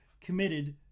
committed